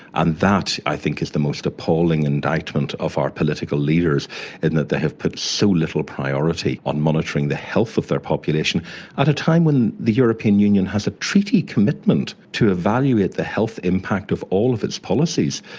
and that i think is the most appalling indictment of our political leaders in that they have put so little priority on monitoring the health of their population at a time when the european union has a treaty commitment to evaluate the health impact of all of its policies.